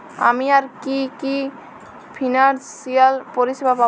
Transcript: আমি আর কি কি ফিনান্সসিয়াল পরিষেবা পাব?